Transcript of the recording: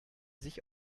sich